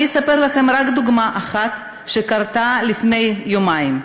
אני אספר לכם רק דוגמה אחת, שקרתה לפני יומיים.